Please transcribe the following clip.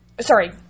sorry